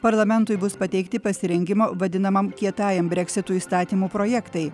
parlamentui bus pateikti pasirengimo vadinamam kietajam breksitui įstatymo projektai